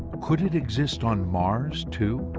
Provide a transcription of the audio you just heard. could it exist on mars too?